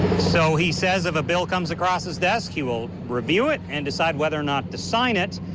so he says if a bill comes across his desk, he will review it and decide whether or not to sign it.